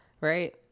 Right